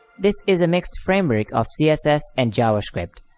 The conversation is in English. this is a mixed framework of css and javascript.